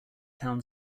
town